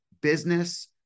business